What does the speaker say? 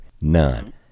None